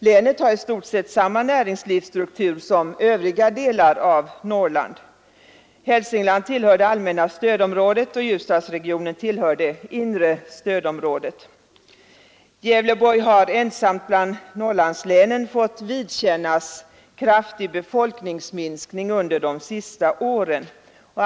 Länet har i stort sett samma näringslivsstruktur som övriga delar av Norrland. Hälsingland tillhör det allmänna stödområdet, och Ljusdalsregionen tillhör det inre stödområdet. Gävleborgs län har ensamt bland Norrlandslänen fått vidkännas en kraftig befolkningsminskning under de senaste åren.